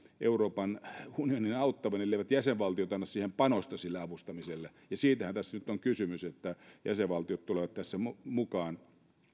euroopan unionin auttavan elleivät jäsenvaltiot anna panosta sille avustamiselle siitähän tässä nyt on kysymys että jäsenvaltiot tulevat tässä mukaan